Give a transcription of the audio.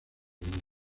mismo